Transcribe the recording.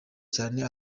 cyane